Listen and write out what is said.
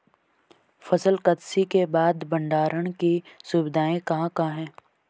फसल कत्सी के बाद भंडारण की सुविधाएं कहाँ कहाँ हैं?